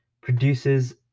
produces